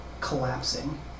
collapsing